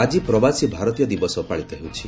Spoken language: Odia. ଆଜି ପ୍ରବାସୀ ଭାରତୀୟ ଦିବସ ପାଳିତ ହେଉଛି